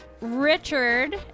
Richard